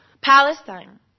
Palestine